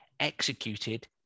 executed